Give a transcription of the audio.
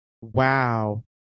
Wow